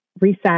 reset